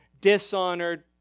Dishonored